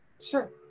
Sure